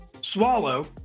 swallow